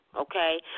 okay